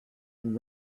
and